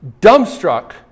dumbstruck